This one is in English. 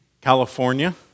California